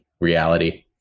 reality